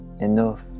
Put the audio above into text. enough